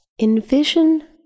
Envision